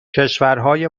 کشورهای